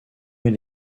elle